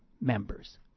members